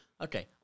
Okay